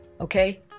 Okay